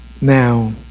now